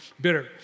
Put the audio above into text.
bitter